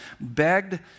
begged